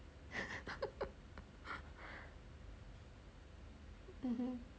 mmhmm